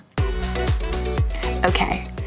Okay